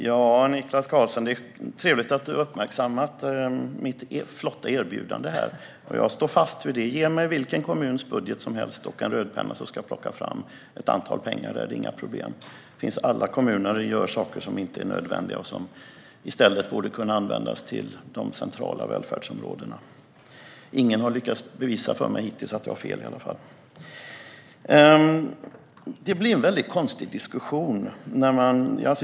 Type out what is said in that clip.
Herr talman! Det är trevligt att Niklas Karlsson har uppmärksammat mitt flotta erbjudande här, och jag står fast vid det. Ge mig vilken kommuns budget som helst och en rödpenna, så ska jag plocka fram ett antal pengar! Det är inga problem. Alla kommuner använder pengar till saker som inte är nödvändiga och som i stället borde kunna användas till de centrala välfärdsområdena. Ingen har hittills lyckats bevisa att jag har fel i alla fall.